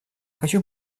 хочу